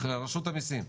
רשות המסים,